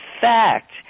fact